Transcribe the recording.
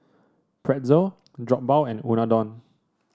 Pretzel Jokbal and Unadon